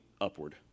upward